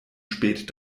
spät